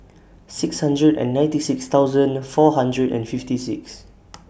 six hundred and ninety six thousand four hundred and fifty six